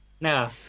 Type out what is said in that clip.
No